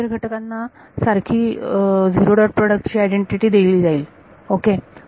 interior घटकांना सारखी zero dot प्रोडक्टची आयडेंटिटी दिली जाईल ओके